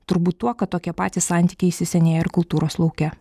turbūt tuo kad tokie patys santykiai įsisenėję ir kultūros lauke